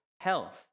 health